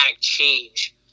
change